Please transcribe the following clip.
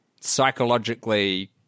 psychologically